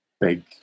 big